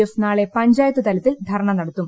F നാളെ പഞ്ചായത്തു തലത്തിൽ നടത്തും